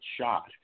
shot